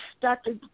Dr